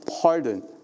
pardon